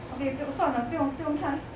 okay 算了不用不用猜